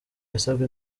yasabwe